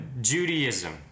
Judaism